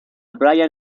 brian